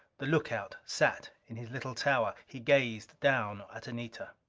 the lookout sat in his little tower. he gazed down at anita.